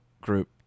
group